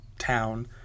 Town